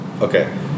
okay